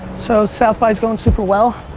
so south-by's going super well.